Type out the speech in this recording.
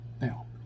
Now